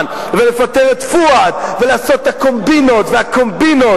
ולפטר את פואד ולעשות את הקומבינות והקומבינות.